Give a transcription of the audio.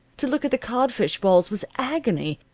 to look at the codfish balls was agony.